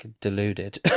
deluded